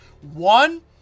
One